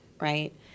right